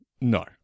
No